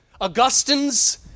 Augustines